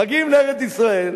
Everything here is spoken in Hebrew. מגיעים לארץ-ישראל,